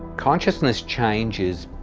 consciousness changes,